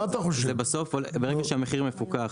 ברגע שהמחיר מפוקח